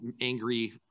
angry